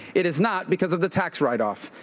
it is not because of the tax writeoff.